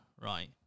right